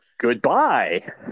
Goodbye